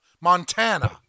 Montana